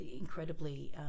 incredibly